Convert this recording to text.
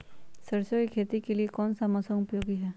सरसो की खेती के लिए कौन सा मौसम उपयोगी है?